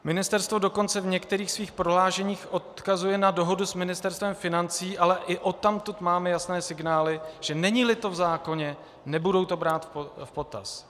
Ministerstvo dokonce v některých svých prohlášeních odkazuje na dohodu s Ministerstvem financí, ale i odtamtud máme jasné signály, že neníli to v zákoně, nebudou to brát v potaz.